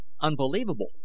unbelievable